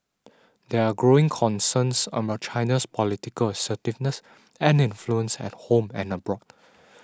there are growing concerns about China's political assertiveness and influence at home and abroad